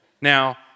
Now